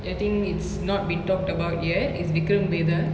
I think it's not been talked about yet is vikram rathore